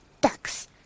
ducks